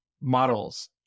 models